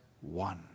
one